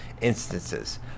instances